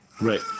Right